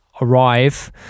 arrive